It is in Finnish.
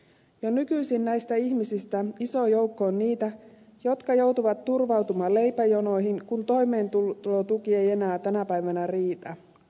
jo nykyisin näistä ihmisistä iso joukko on niitä jotka joutuvat turvautumaan leipäjonoihin kun toimeentulotuki ei enää tänä päivänä riitä